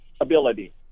ability